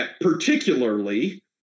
Particularly